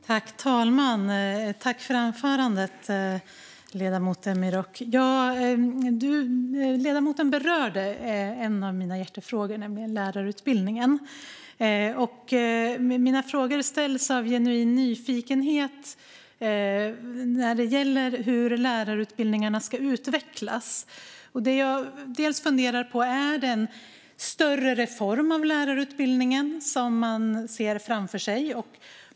Herr talman! Tack för anförandet, ledamoten Demirok! Ledamoten berörde en av mina hjärtefrågor, nämligen lärarutbildningen. Mina frågor ställs av genuin nyfikenhet när det gäller hur lärarutbildningarna ska utvecklas. Det jag funderar på är: Är det en större reform av lärarutbildningen som man ser framför sig?